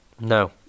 No